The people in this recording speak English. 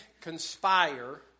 conspire